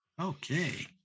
Okay